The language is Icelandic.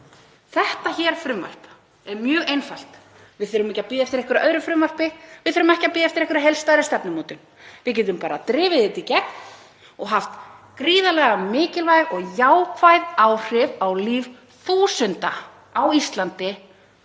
Þetta frumvarp er mjög einfalt. Við þurfum ekki að bíða eftir einhverju öðru frumvarpi. Við þurfum ekki að bíða eftir einhverri heildstæðri stefnumótun. Við getum bara drifið þetta í gegn og haft gríðarlega mikilvæg og jákvæð áhrif á líf þúsunda á Íslandi